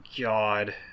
God